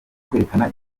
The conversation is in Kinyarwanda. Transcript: kwerekana